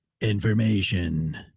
Information